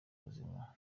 ubuzima